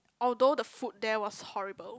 although the food there was horrible